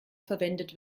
verwendet